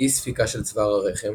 אי ספיקה של צוואר הרחם